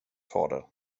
fader